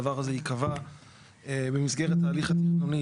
הדבר הזה ייקבע במסגרת ההליך התכנוני